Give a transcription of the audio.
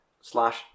slash